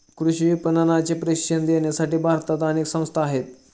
कृषी विपणनाचे प्रशिक्षण देण्यासाठी भारतात अनेक संस्था आहेत